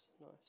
nice